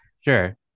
sure